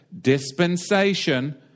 dispensation